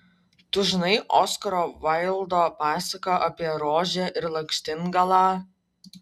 tu žinai oskaro vaildo pasaką apie rožę ir lakštingalą